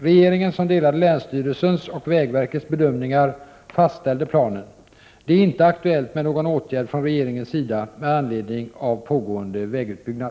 Regeringen, som delade länsstyrelsens och vägverkets bedömningar, fastställde planen. Det är inte aktuellt med någon åtgärd från regeringens sida med anledning av pågående vägutbyggnad.